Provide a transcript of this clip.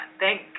thank